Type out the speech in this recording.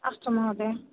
अस्तु महोदय